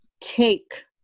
take